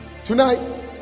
tonight